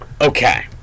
Okay